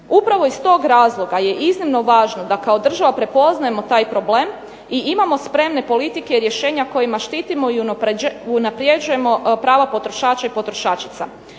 Upravo iz toga razloga je iznimno važno da kao država prepoznajemo taj problem i imamo spremne politike rješenja kojima štitimo i unapređujemo prava potrošača i potrošačica.